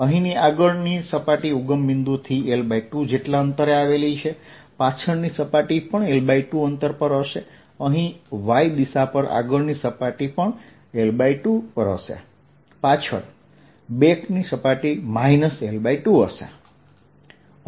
અહીંની આગળની સપાટી ઉગમ બિંદુ થી L2 જેટલા અંતરે છે પાછળની સપાટી પણ L2 પર હશે અહીં Y દિશા પર આગળની સપાટી પણ L2 પર હશે પાછળ ની સપાટી માઈનસ L2 હશે